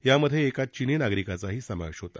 यामध्ये एका चीनी नागरिकाचाही समावेश होता